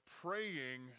praying